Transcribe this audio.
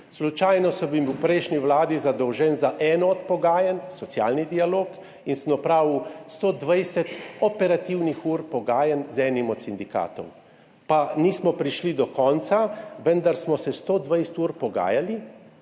Slučajno sem bil v prejšnji vladi zadolžen za eno od pogajanj – socialni dialog – in sem opravil 120 operativnih ur pogajanj z enim od sindikatov. Pa nismo prišli do konca, vendar smo se 120 ur pogajali,